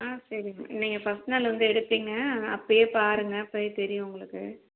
ஆ சரிம்மா நீங்கள் ஃபஸ்ட் நாள் வந்து எடுப்பீங்க அப்போயே பாருங்க அப்போயே தெரியும் உங்களுக்கு